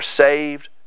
saved